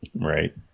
Right